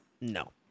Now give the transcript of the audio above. No